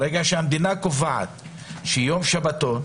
ברגע שהמדינה קובעת שזה יום שבתון,